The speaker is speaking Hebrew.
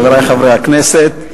חברי חברי הכנסת,